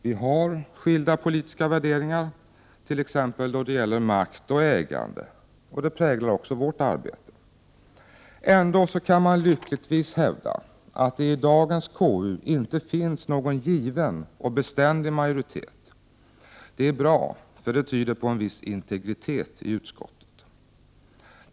Vi har skilda politiska värderingar t.ex. då det gäller makt och ägande, och det präglar också vårt arbete. Ändå kan man lyckligtvis hävda att det i dagens KU inte finns någon given och beständig majoritet. Det är bra, för det tyder på en viss integritet i utskottet.